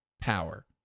power